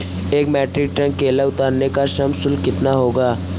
एक metric ton केला उतारने का श्रम शुल्क कितना होगा?